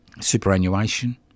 superannuation